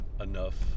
enough